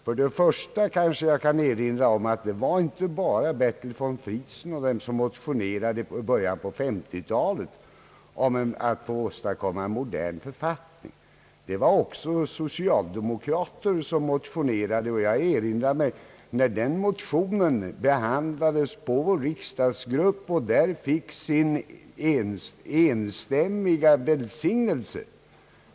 Först och främst kan jag erinra om att det inte var bara Bertil von Friesen som i början av 1950-talet motionerade om angelägenheten av en modern författning. Även socialdemokrater motionerade. Jag erinrar mig när deras motion behandlades av vår riksdagsgrupp och där fick sin enstämmiga välsignelse.